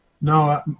No